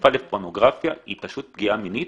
חשיפה לפורנוגרפיה היא פשוט פגיעה מינית,